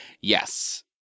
yes